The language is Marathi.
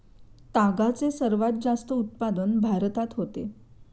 तागाचे सर्वात जास्त उत्पादन भारतात होते